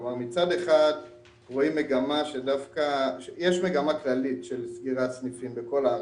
יש מגמה כללית של סגירת סניפים בכל הארץ,